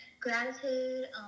gratitude